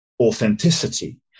authenticity